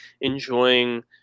enjoying –